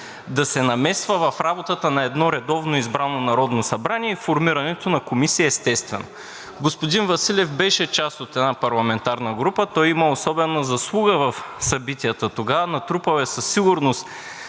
да се намесва в работата на едно редовно избрано Народно събрание и формирането на комисии, естествено. Господин Василев беше част от една парламентарна група. Той има особена заслуга в събитията тогава, натрупал е със сигурност